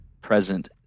present